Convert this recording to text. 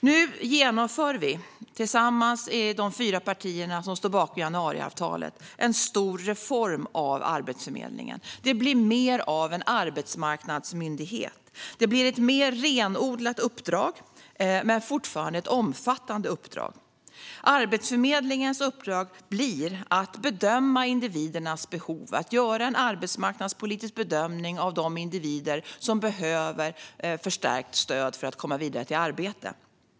Nu genomför vi i de fyra partier som står bakom januariavtalet tillsammans en stor reform av Arbetsförmedlingen. Det blir mer av en arbetsmarknadsmyndighet. Det blir ett mer renodlat uppdrag, men fortfarande ett omfattande uppdrag. Arbetsförmedlingens uppdrag blir att bedöma individernas behov och att göra en arbetsmarknadspolitisk bedömning av de individer som behöver förstärkt stöd för att komma vidare till arbete.